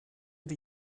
die